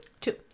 Two